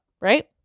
Right